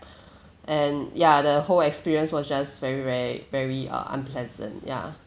and ya the whole experience was just very very very uh unpleasant ya